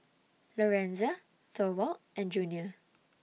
Lorenza Thorwald and Junior